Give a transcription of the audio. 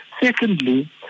Secondly